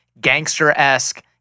gangster-esque